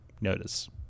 notice